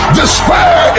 despair